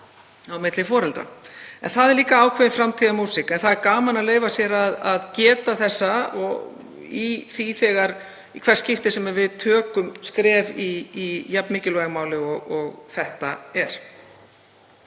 á milli foreldra. Það er ákveðin framtíðarmúsík en það er gaman að leyfa sér að geta þessa í hvert skipti sem við tökum skref í jafn mikilvægu máli og þetta er.